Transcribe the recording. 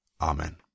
Amen